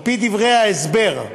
על-פי דברי ההסבר,